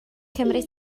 cymryd